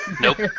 Nope